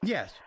Yes